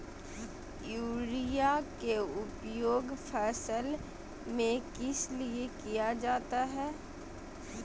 Urea के उपयोग फसल में किस लिए किया जाता है?